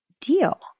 deal